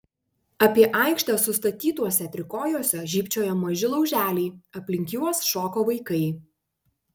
apie aikštę sustatytuose trikojuose žybčiojo maži lauželiai aplink juos šoko vaikai